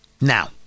Now